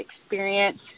experience